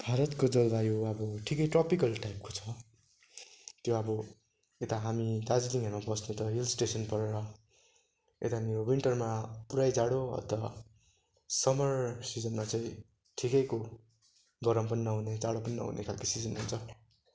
भारतको जलवायु अब ठिकै ट्रपिकल टाइपको छ त्यो अब यता हामी दार्जिलिङहरूमा बस्ने त हिल स्टेसन परेर यतानिर विन्टरमा पुरै जाडो अन्त समर सिजनमा चाहिँ ठिकैको गरम पनि नहुने जाडो पनि नहुने खालको सिजन हुन्छ